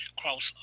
cross